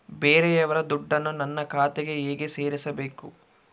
ಬೇರೆಯವರ ದುಡ್ಡನ್ನು ನನ್ನ ಖಾತೆಗೆ ಹೇಗೆ ಸೇರಿಸಬೇಕು?